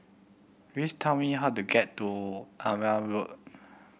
please tell me how to get to Marne Road